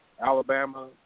Alabama